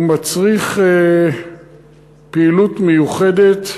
הוא מצריך פעילות מיוחדת,